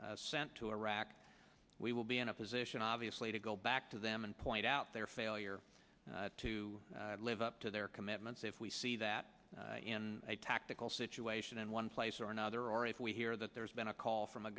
been sent to iraq we will be in a position obviously to go back to them and point out their failure to live up to their commitments if we see that in a tactical situation in one place or another or if we hear that there's been a call from a